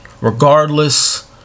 Regardless